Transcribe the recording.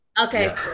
Okay